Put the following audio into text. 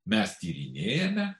mes tyrinėjame